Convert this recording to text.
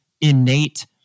innate